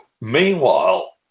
Meanwhile